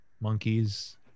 monkeys